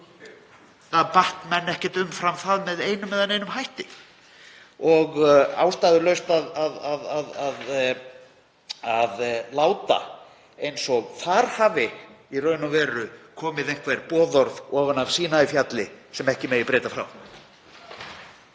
Það batt menn ekkert umfram það með einum eða neinum hætti og ástæðulaust að láta eins og þar hafi í raun og veru komið einhver boðorð ofan af Sínaífjalli sem ekki megi breyta frá.